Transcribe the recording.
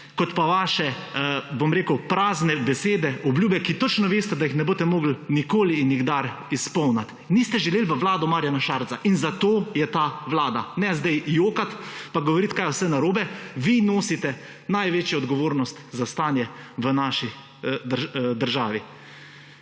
kot pa vaše prazne besede, obljube, ki točno veste, da jih ne boste mogli nikoli in nikdar izpolniti. Niste želeli v vlado Marjana Šarca in zato je ta vlada. Ne zdaj jokati, pa govoriti kaj vse je narobe, vi nosite največjo odgovornost za stanje v naši državi.